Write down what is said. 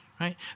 right